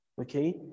Okay